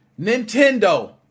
Nintendo